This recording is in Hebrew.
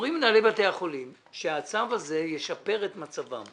אומרים מנהלי בתי החולים שהצו הזה ישפר את מצבם.